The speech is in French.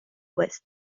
ouest